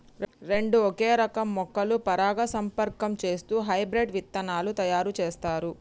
రెండు ఒకే రకం మొక్కలు పరాగసంపర్కం చేస్తూ హైబ్రిడ్ విత్తనాలు తయారు చేస్తారు